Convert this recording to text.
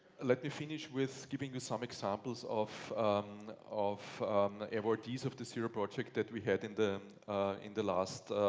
let me finish with giving you some examples of of awardees of the zero project that we had in the in the last